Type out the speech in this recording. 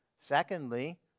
Secondly